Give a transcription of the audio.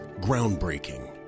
Groundbreaking